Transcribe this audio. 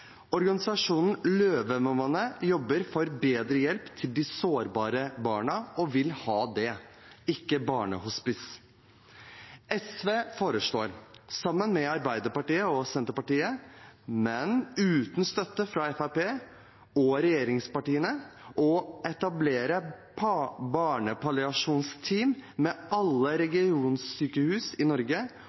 Organisasjonen Løvemammaene jobber for bedre hjelp til de sårbare barna, og vil ha det, ikke barnehospice. SV foreslår, sammen med Arbeiderpartiet og Senterpartiet, men uten støtte fra Fremskrittspartiet og regjeringspartiene, å etablere barnepalliasjonsteam ved alle regionssykehus i Norge,